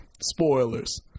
spoilers